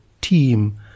team